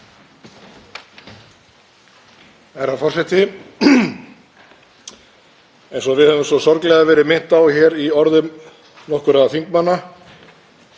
Herra forseti. Eins og við höfum svo sorglega verið minnt á hér í orðum nokkurra þingmanna